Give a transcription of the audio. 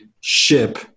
ship